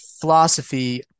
philosophy